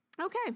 Okay